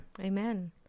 Amen